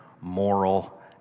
moral